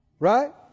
Right